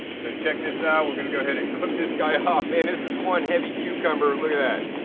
so check this out, we're gonna go ahead and clip this guy off man, this is one heavy cucumber. look at that.